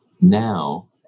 now